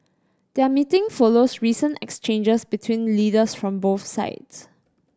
their meeting follows recent exchanges between leaders from both sides